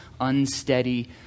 unsteady